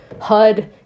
HUD